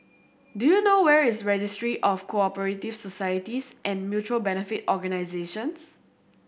do you know where is Registry of Co Operative Societies and Mutual Benefit Organisations